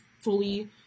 fully